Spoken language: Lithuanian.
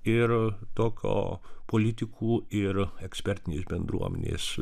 ir tokio politikų ir ekspertinės bendruomenės